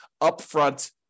upfront